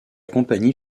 compagnie